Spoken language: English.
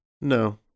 No